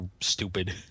stupid